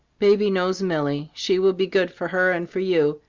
baby knows milly she will be good for her and for you.